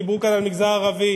דיברו כאן על המגזר הערבי,